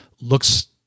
looks